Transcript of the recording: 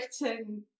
written